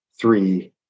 three